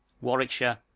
Warwickshire